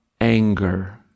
anger